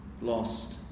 lost